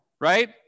right